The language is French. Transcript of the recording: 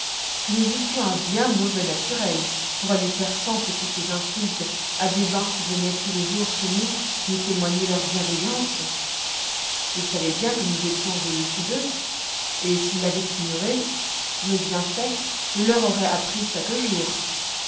que nous eussions eu un bien mauvais naturel pour aller faire cent petites insultes à des gens qui venoient tous les jours chez nous nous témoigner leur bienveillance ils savoient bien que nous étions au-dessus d'eux et s'ils l'avoient ignoré nos bienfaits le leur auroient appris chaque jour